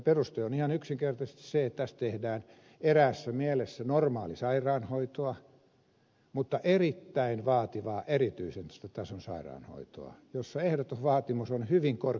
peruste on ihan yksinkertaisesti se että tässä tehdään eräässä mielessä normaalisairaanhoitoa mutta erittäin vaativaa erityisen tason sairaanhoitoa jossa ehdoton vaatimus on hyvin korkea ammattitaito